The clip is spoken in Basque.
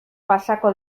pasako